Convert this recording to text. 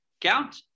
count